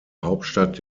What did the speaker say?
hauptstadt